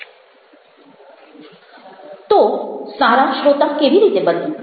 તો સારા શ્રોતા કેવી રીતે બનવું